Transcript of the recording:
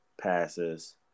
passes